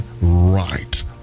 right